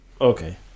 Okay